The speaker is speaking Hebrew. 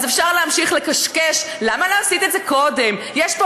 אז אפשר להמשיך לקשקש: למה לא עשית את זה קודם; יש פה